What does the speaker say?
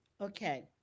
Okay